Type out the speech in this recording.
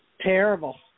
Terrible